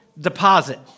deposit